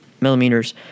millimeters